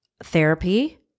therapy